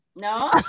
No